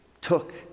took